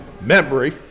memory